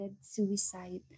suicide